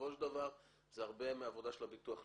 בסופו של דבר זה הרבה מהעבודה של הביטוח הלאומי,